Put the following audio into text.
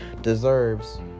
deserves